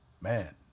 Man